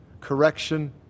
correction